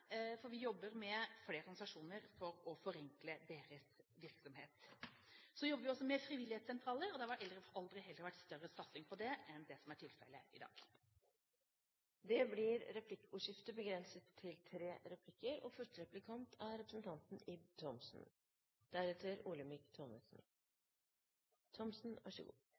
vil vi fortsette med det arbeidet, for vi jobber med flere organisasjoner for å forenkle deres virksomhet. Så jobber vi også med frivillighetssentraler, og det har heller aldri vært større satsing på det enn det som er tilfellet i dag. Det blir replikkordskifte. Her var det retorisk mye positivitet fra både statsråden og regjeringspartiene. Det var snakk om samarbeid, om å legge til